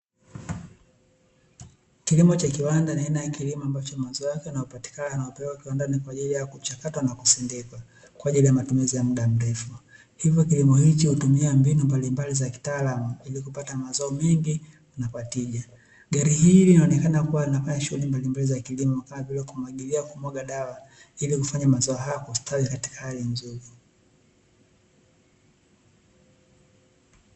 Kilimo cha viwanda ni aina ya kilimo ambacho mazao yake yanayopatikana hupelekwa viwandani kwa aajili ya kuchakatwa na kusindikwa kwa ajili ya matumizi ya muda mrefu. Hivyo kilomo hicho hutumia mbinu mbalimbali ili kupata mazao mengi na kwa tija. Gari hili linaonekana kuwa linafanya shughuli mbalimbali za kilimo kama vile kumwagilia, kumwaga dawa ili kufanya mazao hayo kustawi katika hali nzuri.